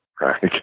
right